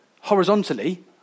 horizontally